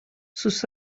sus